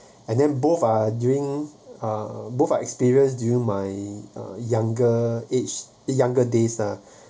and then both are doing uh both are experience during my younger age younger days ah